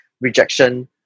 rejection